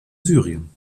syrien